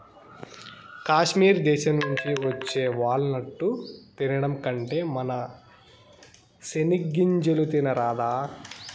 కాశ్మీర్ దేశం నుంచి వచ్చే వాల్ నట్టు తినడం కంటే మన సెనిగ్గింజలు తినరాదా